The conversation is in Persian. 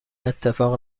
اتفاق